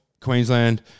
Queensland